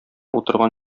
утырган